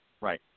Right